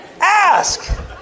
ask